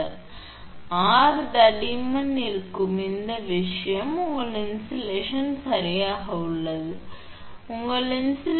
எனவே ஆர் தடிமன் இருக்கும் இந்த விஷயம் உங்கள் இன்சுலேஷன் சரியாக உள்ளது உங்கள் இன்சுலேஷன் தடிமன்